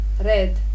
red